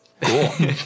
cool